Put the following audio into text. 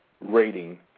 rating